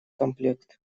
комплект